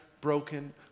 broken